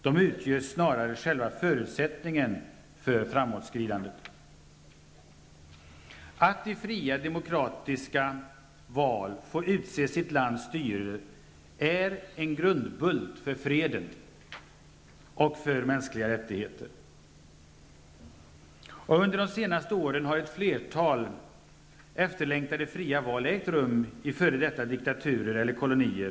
De utgör snarare själva förutsättningen för framåtskridandet. Att i fria demokratiska val få utse sitt lands styrelse är en grundbult för fred och för mänskliga rättigheter. Under de senaste åren har flera efterlängtade val ägt rum i före detta diktaturer eller kolonier.